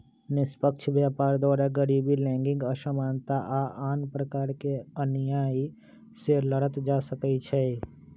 निष्पक्ष व्यापार द्वारा गरीबी, लैंगिक असमानता आऽ आन प्रकार के अनिआइ से लड़ल जा सकइ छै